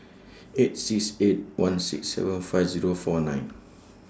eight six eight one six seven five Zero four nine